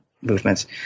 movements